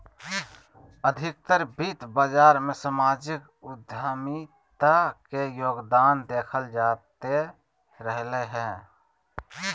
अधिकतर वित्त बाजार मे सामाजिक उद्यमिता के योगदान देखल जाते रहलय हें